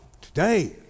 Today